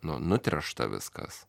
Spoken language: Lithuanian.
nu nutriušta viskas